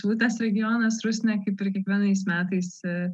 šilutės regionas rusnė kaip ir kiekvienais metais